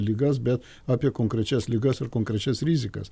ligas bet apie konkrečias ligas ir konkrečias rizikas